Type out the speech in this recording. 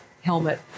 helmet